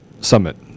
Summit